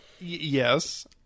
yes